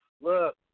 look